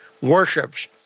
worships